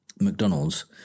McDonald's